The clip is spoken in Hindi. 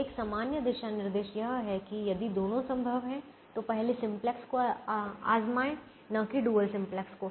एक सामान्य दिशानिर्देश यह है कि यदि दोनों संभव हो तो पहले सिम्प्लेक्स को आज़माएँ न कि डुअल सिम्प्लेक्स को